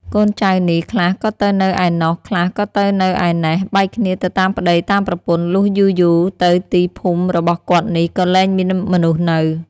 កូនចៅនេះ ខ្លះក៏ទៅនៅឯណោះ ខ្លះក៏ទៅនៅឯណេះ បែកគ្នាទៅតាមប្តី តាមប្រពន្ធ លុះយូរៗ ទៅទីភូមិរបស់គាត់នេះ ក៏លែងមានមនុស្សនៅ ។